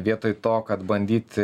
vietoj to kad bandyti